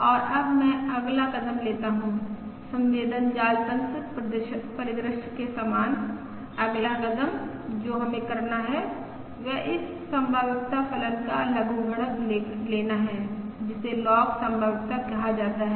और अब मैं अगला कदम लेता हूं संवेदन जाल तंत्र परिदृश्य के समान अगला कदम जो हमें करना है वह इस संभाव्यता फलन का लघुगणक लेना है जिसे लॉग संभाव्यता कहा जाता है